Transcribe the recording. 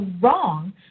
wrong